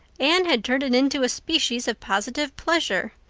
anne had turned it into a species of positive pleasure.